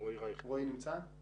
שמעתי